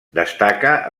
destaca